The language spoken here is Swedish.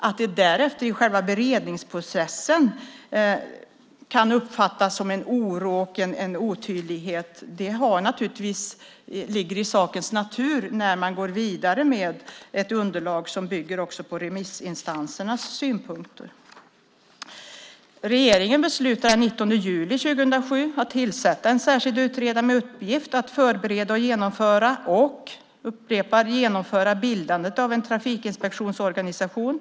Att det därefter i själva beredningsprocessen kan uppfattas en oro och en otydlighet ligger i sakens natur när man går vidare med ett underlag som bygger också på remissinstansernas synpunkter. Regeringen beslutade den 19 juli 2007 att tillsätta en särskild utredare med uppgift att förbereda och genomföra bildandet av en trafikinspektionsorganisation.